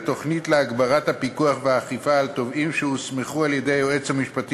התוכנית להגברת הפיקוח והאכיפה על תובעים שהוסמכו על-ידי היועץ המשפטי